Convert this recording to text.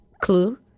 clue